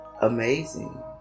amazing